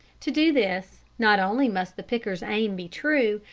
to do this, not only must the picker's aim be true,